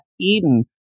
Eden